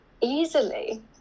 easily